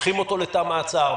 לוקחים אותו לתא מעצר?